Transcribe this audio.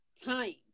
time